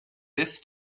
this